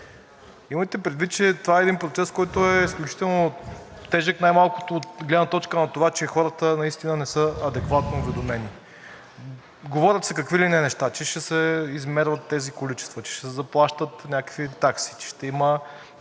Имайте предвид, че това е един процес, който е изключително тежък, най-малкото от гледна точка на това, че хората наистина не са адекватно уведомени. Говорят се какви ли не неща – че ще се измерват тези количества, че ще се заплащат някакви такси, че ще има